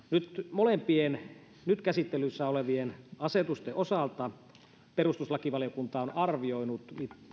molempien nyt käsittelyssä olevien asetusten osalta perustuslakivaliokunta on arvioinut